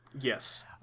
Yes